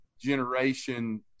generation